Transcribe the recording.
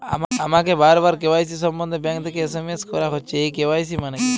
আমাকে বারবার কে.ওয়াই.সি সম্বন্ধে ব্যাংক থেকে এস.এম.এস করা হচ্ছে এই কে.ওয়াই.সি মানে কী?